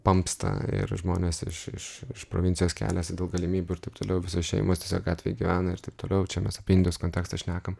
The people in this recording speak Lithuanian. pampsta ir žmonės iš iš provincijos keliasi daug galimybių ir taip toliau visos šeimos tiesiog gatvėj gyvena ir taip toliau čia mes apie indijos kontekstą šnekam